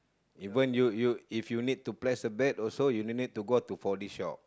even you you if you need to place a bet also you don't need to go to four-D shop